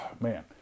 Man